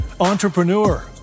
entrepreneur